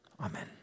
Amen